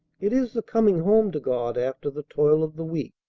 it is the coming home to god after the toil of the week.